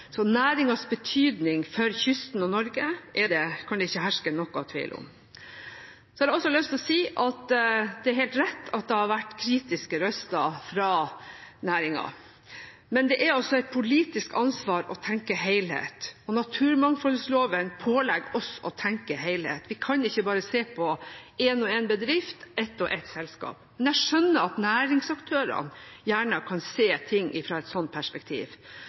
Så næringens betydning for kysten og Norge kan det ikke herske noen tvil om. Så har jeg også lyst til å si at det er helt rett at det har vært kritiske røster fra næringen. Men det er altså et politisk ansvar å tenke helhet, og naturmangfoldloven pålegger oss å tenke helhet. Vi kan ikke bare se på en og en bedrift, ett og ett selskap, men jeg skjønner at næringsaktørene gjerne kan se ting fra et sånt perspektiv.